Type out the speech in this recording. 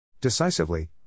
Decisively